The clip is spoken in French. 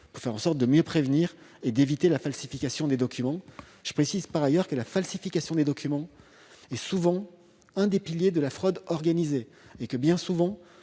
pour faire en sorte de mieux prévenir et d'éviter la falsification des documents. Je précise par ailleurs que la falsification des documents est souvent l'un des piliers de la fraude organisée. Bien souvent,